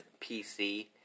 PC